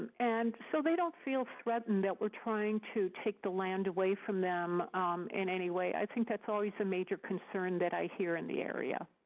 and so they don't feel threatened, that we're trying to take the land away from them in any way. i think that's always a major concern that i hear in the area.